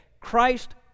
Christ